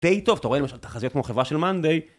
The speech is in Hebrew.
די טוב, אתה רואה למשל תחזיות כמו חברה של מאנדיי